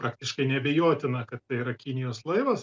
praktiškai neabejotina kad tai yra kinijos laivas